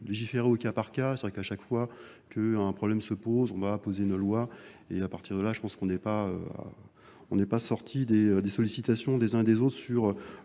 légiférer au cas par cas, c'est vrai qu'à chaque fois qu'un problème se pose, on va apposer une loi et à partir de là, je pense qu'on n'est pas On n'est pas sorti des sollicitations des uns des autres sur